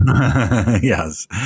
Yes